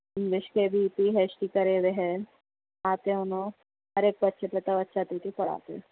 English کے بھی P H D کرے ہوئے ہے آتے او نو ہر ایک پہ بچے توجہ دے کے پڑھاتے